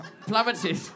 plummeted